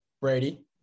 Brady